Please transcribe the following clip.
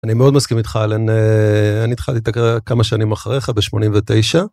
אני מאוד מסכים איתך אלן, אני התחלתי את הקריירה כמה שנים אחריך בשמונים ותשע.